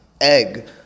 Egg